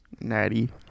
Natty